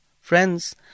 friends